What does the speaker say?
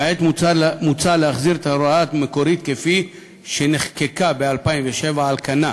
כעת מוצע להחזיר את ההוראה המקורית שנחקקה ב-2007 על כנה,